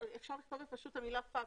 אפשר פשוט לכתוב את המילה פקס,